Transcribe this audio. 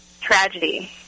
tragedy